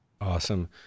Awesome